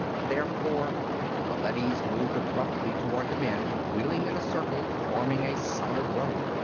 therefore the leadys moved abruptly toward the men, wheeling in a circle, forming a solid row.